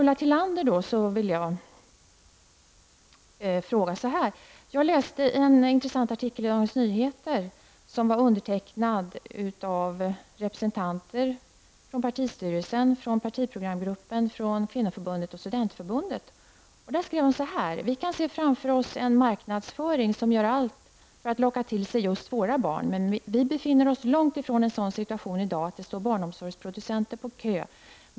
Ulla Tillander vill jag fråga: Jag läste en intressant artikel i Dagens Nyheter som var undertecknad av representanter för partistyrelsen, partiprogramgruppen, kvinnoförbundet och studentförbundet. Där skrev de: Vi kan se framför oss en marknadsföring som gör allt för att locka till sig just våra barn, men vi befinner oss långt ifrån en sådan situation i dag att det står barnomsorgsproducenter på kö.